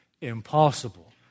Impossible